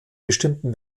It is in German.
bestimmten